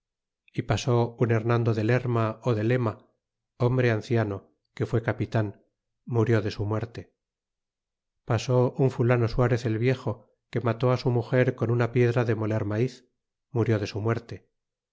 y pasó un hernando de lerma ó de lema hombre anciano que fu capitan murió de su muerte pasó un fulano suarez el viejo que mató su muger con una piedra de moler maiz murió de su muerte